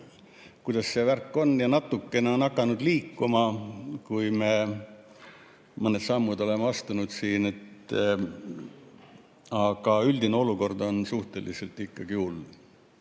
kuidas see värk on, ja natukene on hakanud liikuma, kui me mõned sammud oleme astunud siin. Aga üldine olukord on suhteliselt hull.